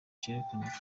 cerekana